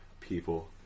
people